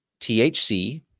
THC